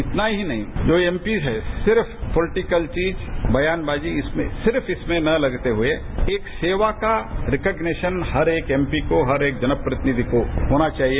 इतना ही नहीं जो एमपी है सिर्फ पॉलिटीकल चीज ब्यान बाजी इसमें सिर्फ इसमें न लगते हए सेवा का रिक्गनेशन हर एक एमपी को हर एक जन प्रतिनिधि को होना चाहिए